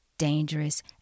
dangerous